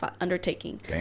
undertaking